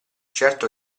certo